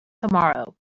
tomorrow